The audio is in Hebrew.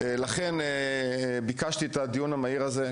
לכן ביקשתי לקיים את הדיון המהיר הזה.